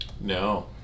No